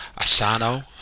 Asano